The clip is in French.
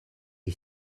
est